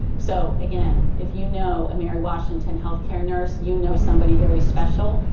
so again if you know a mary washington healthcare nurse, you know somebody very special,